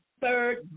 third